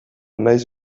naiz